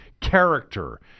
character